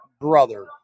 brother